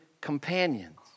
companions